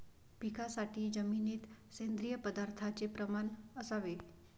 पिकासाठी जमिनीत सेंद्रिय पदार्थाचे प्रमाण असावे